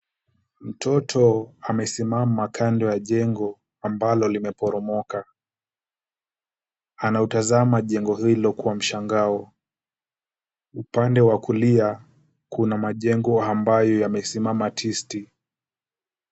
Mtoto amesimama kando ya jengo ambalo limeporomoka. Anautazama jengo hilo kwa mshangao. Upande wa kulia kuna majengo ambayo yamesimama tisti.